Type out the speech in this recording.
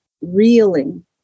reeling